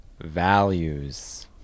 values